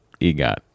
EGOT